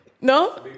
No